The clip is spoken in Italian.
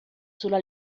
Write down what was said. sulla